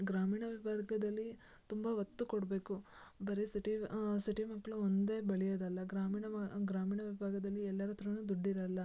ಗ್ರಾಮೀಣ ವಿಭಾಗದಲ್ಲಿ ತುಂಬ ಒತ್ತು ಕೊಡಬೇಕು ಬರೀ ಸಿಟಿ ಸಿಟಿ ಮಕ್ಕಳು ಒಂದೇ ಬೆಳೆಯೋದಲ್ಲ ಗ್ರಾಮೀಣ ವ ಗ್ರಾಮೀಣ ವಿಭಾಗದಲ್ಲಿ ಎಲ್ಲರಹತ್ರನೂ ದುಡ್ಡಿರೋಲ್ಲ